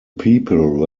people